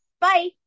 bye